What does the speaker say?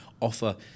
offer